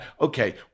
okay